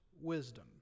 wisdom